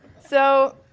so,